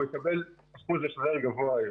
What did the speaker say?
הוא יקבל סכום גבוה יותר.